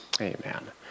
Amen